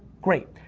great,